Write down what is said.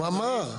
הוא אמר.